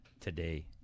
today